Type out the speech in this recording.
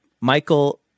Michael